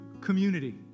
community